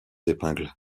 épingle